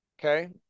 Okay